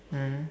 mm